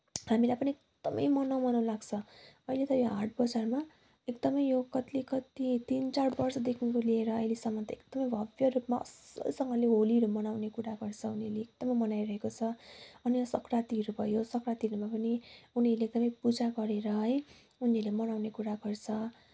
हामीलाई पनि एकदमै मनाउँ मनाउँ लाग्छ अहिलेको यो हाट बजारमा एकदमै यो कति कति तिन चार वर्षदेखिबाट लिएर अहिलेसम्म त एकदमै भव्य रूपमा असलसँगले होलीहरू मनाउँने कुरा गर्छन् उनीहरूले एकदमै मनाइरहेका छन् अनि सङ्क्रान्तिहरू भयो सङ्क्रान्तिहरूमा पनि उनीहरूले एकदमै पूजा गरेर है उनीहरूले मनाउने कुरा गर्छन्